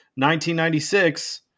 1996